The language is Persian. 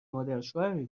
مادرشوهری